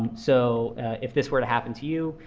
so if this were to happen to you,